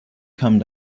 come